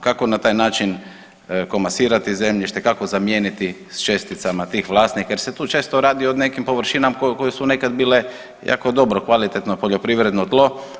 Kako na taj način komasirati zemljište, kako zamijeniti sa česticama tih vlasnika jer se tu često radi o nekim površinama koje su nekad bile jako dobro, kvalitetno poljoprivredno tlo.